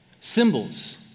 symbols